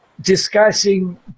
discussing